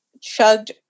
chugged